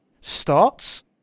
starts